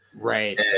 Right